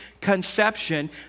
conception